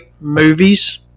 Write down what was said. movies